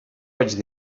vaig